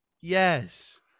Yes